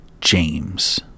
James